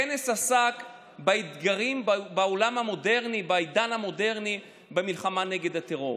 הכנס עסק באתגרים בעידן המודרני ובעולם המודרני במלחמה נגד הטרור.